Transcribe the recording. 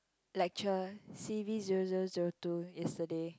lecture C V zero zero zero two yesterday